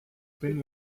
pin